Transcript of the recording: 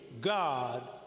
God